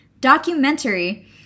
documentary